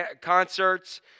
concerts